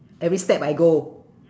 every step I go